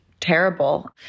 terrible